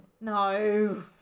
No